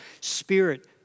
spirit